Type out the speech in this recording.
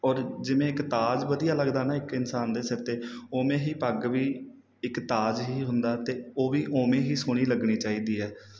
ਔਰ ਜਿਵੇਂ ਇੱਕ ਤਾਜ ਵਧੀਆ ਲੱਗਦਾ ਨਾ ਇੱਕ ਇਨਸਾਨ ਦੇ ਸਿਰ 'ਤੇ ਉਵੇਂ ਹੀ ਪੱਗ ਵੀ ਇੱਕ ਤਾਜ ਹੀ ਹੁੰਦਾ ਅਤੇ ਉਹ ਵੀ ਉਵੇਂ ਹੀ ਸੋਹਣੀ ਲੱਗਣੀ ਚਾਹੀਦੀ ਹੈ